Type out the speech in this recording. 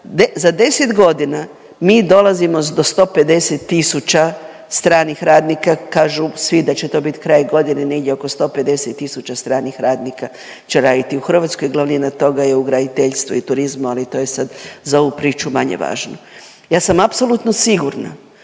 za 10 godina mi dolazimo do 150 tisuća stranih radnika, kažu svi da će to bit kraj godine, negdje oko 150 tisuća stranih radnika će raditi u Hrvatskoj, glavnina toga je u graditeljstvu i turizmu, ali i to je sad za ovu priču manje važno. Ja sam apsolutno sigurna